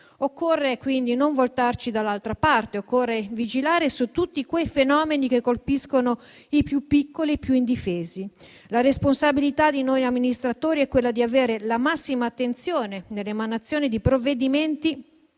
Occorre, quindi, non voltarci dall'altra parte, occorre vigilare su tutti quei fenomeni che colpiscono i più piccoli e i più indifesi. La responsabilità di noi amministratori è quella di avere la massima attenzione nell'emanazione di provvedimenti